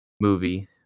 movie